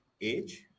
age